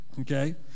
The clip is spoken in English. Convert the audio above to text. Okay